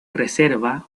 reserva